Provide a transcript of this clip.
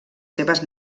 seves